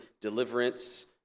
deliverance